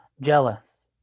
jealous